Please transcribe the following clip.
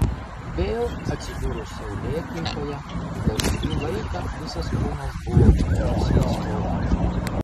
vėl atsidūrus saulėkaitoje dar kurį laiką visas kūnas buvo kaip žąsies oda